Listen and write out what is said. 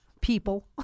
people